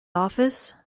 office